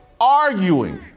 arguing